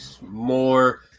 more